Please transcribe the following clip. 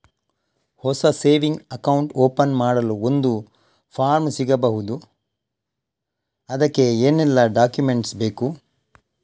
ಹೊಸ saving account open ಮಾಡಲು ಒಂದು ಫಾರ್ಮ್ ಸಿಗಬಹುದು? ಅದಕ್ಕೆ ಏನೆಲ್ಲಾ ಡಾಕ್ಯುಮೆಂಟ್ಸ್ ಬೇಕು?